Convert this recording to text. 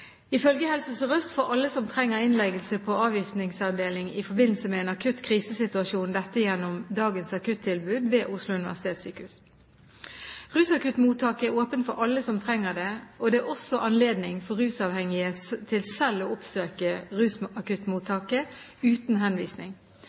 Ifølge Helse Sør-Øst får alle som trenger innleggelse på en avgiftningsavdeling i forbindelse med en akutt krisesituasjon, dette gjennom dagens akuttilbud ved Oslo universitetssykehus. Rusakuttmottaket er åpent for alle som trenger det, og det er også anledning for rusmiddelavhengige til selv å oppsøke